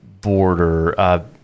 border